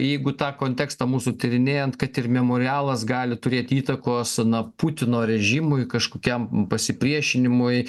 jeigu tą kontekstą mūsų tyrinėjant kad ir memorialas gali turėt įtakos na putino režimui kažkokiam pasipriešinimui